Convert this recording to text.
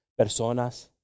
personas